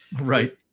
right